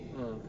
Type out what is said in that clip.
ah